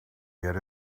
get